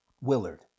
Willard